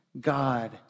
God